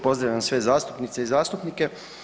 Pozdravljam sve zastupnice i zastupnike.